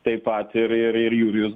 taip pat ir ir ir jurijus